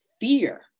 fear